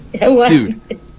Dude